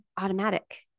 automatic